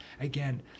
Again